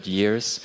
years